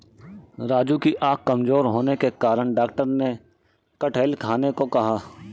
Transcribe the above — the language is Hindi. राजू की आंखें कमजोर होने के कारण डॉक्टर ने कटहल खाने को कहा